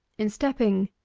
in stepping,